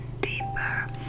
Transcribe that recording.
deeper